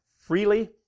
freely